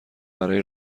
برای